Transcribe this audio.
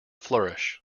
flourish